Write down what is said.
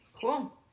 Cool